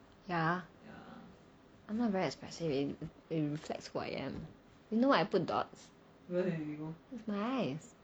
yeah I'm not very expressive it it reflects who I am you know why I put dots it's my eyes